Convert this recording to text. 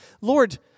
Lord